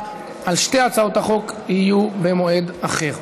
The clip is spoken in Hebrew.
על שתי הצעות החוק יהיו במועד אחר.